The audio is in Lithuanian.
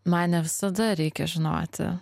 man ne visada reikia žinoti